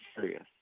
serious